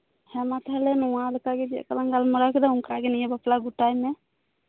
ᱦᱮᱸᱢᱟ ᱛᱟᱦᱚᱞᱮ ᱱᱚᱶᱟ ᱞᱮᱠᱟᱜᱮ ᱪᱮᱫ ᱞᱮᱠᱟ ᱞᱟᱝ ᱜᱟᱞᱢᱟᱨᱟᱣ ᱠᱮᱫᱟ ᱚᱱᱠᱟᱜᱮ ᱱᱤᱭᱟᱹ ᱵᱟᱯᱞᱟ ᱜᱚᱴᱟᱭ ᱢᱮ